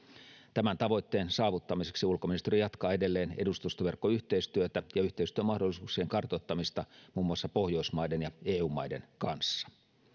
tämän tavoitteen saavuttamiseksi ulkoministeriö jatkaa edelleen edustustoverkkoyhteistyötä ja yhteistyömahdollisuuksien kartoittamista muun muassa pohjoismaiden ja eu maiden kanssa